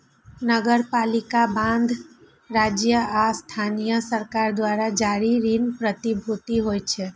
नगरपालिका बांड राज्य आ स्थानीय सरकार द्वारा जारी ऋण प्रतिभूति होइ छै